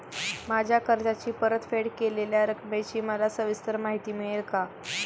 माझ्या कर्जाची परतफेड केलेल्या रकमेची मला सविस्तर माहिती मिळेल का?